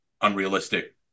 unrealistic